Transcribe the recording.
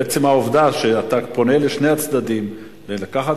בעצם העובדה שאתה פונה לשני הצדדים לקחת